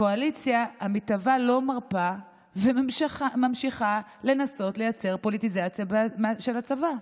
הקואליציה המתהווה לא מרפה וממשיכה לנסות לייצר פוליטיזציה של הצבא.